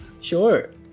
Sure